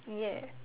ya